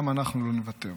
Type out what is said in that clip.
גם אנחנו לא נוותר.